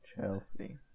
chelsea